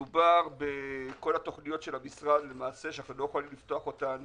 מדובר בכל התוכניות של המשרד שאיננו יכולים לפתוח אותן